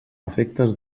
efectes